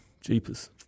jeepers